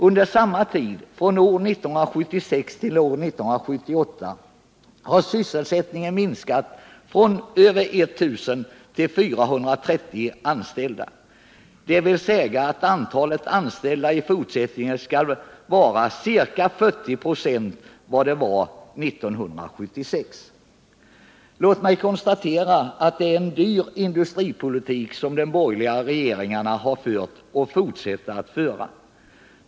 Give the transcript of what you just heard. Under samma tid, från år 1976 till 1978, har antalet anställda minskat från över 1 000 till 430. Det innebär att antalet anställda i fortsättningen kommer att vara ca 40 96 av vad det var 1976. Låt mig konstatera att det är en dyr industripolitik som de borgerliga regeringarna har fört och fortsätter att föra.